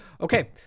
Okay